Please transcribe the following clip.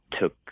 took